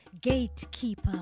Gatekeeper